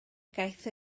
gaeth